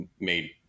made